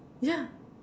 yeah